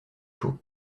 chaud